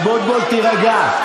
אבוטבול, תירגע.